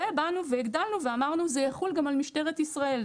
ובאנו והגדלנו ואמרנו זה יחול גם על משטרת ישראל.